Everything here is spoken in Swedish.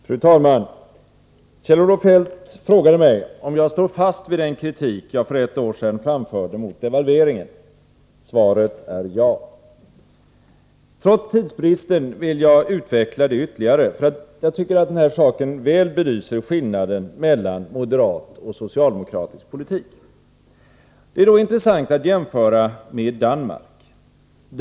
Fru talman! Kjell-Olof Feldt frågade mig om jag står fast vid den kritik jag för ett år sedan framförde mot devalveringen. Svaret är ja. Trots tidsbristen vill jag utveckla den här saken ytterligare, för jag tycker att den väl belyser skillnaden mellan moderat och socialdemokratisk politik. Det är då intressant att jämföra med Danmark.